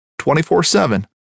24-7